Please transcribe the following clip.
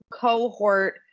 cohort